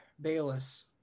Bayless